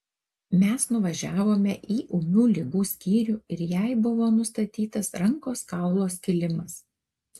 mes nuvažiavome į ūmių ligų skyrių ir jai buvo nustatytas rankos kaulo skilimas